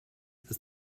ist